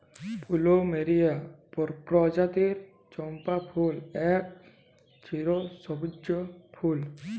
plumeria পরজাতির চম্পা ফুল এক চিরসব্যুজ ফুল